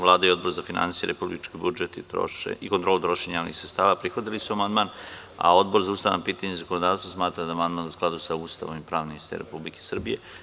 Vlada i Odbor za finansije, republički budžet i kontrolu trošenja javnih sredstava prihvatili su amandman, a Odbor za ustavna pitanja i zakonodavstvo smatra da je amandman u skladu sa Ustavom i pravnim sistemom Republike Srbije.